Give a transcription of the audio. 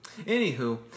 Anywho